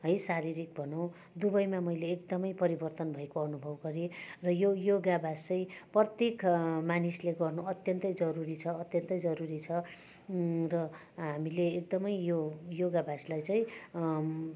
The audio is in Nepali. है शारीरिक भनौँ दुवैमा मैले एकदमै परिवर्तन भएको अनुभव गरेँ र यो योगाभ्यास चाहिँ प्रत्येक मानिसले गर्नु अत्यन्तै जरुरी छ अत्यन्तै जरुरी छ र हामीले एकदमै यो योगाभ्यासलाई चाहिँ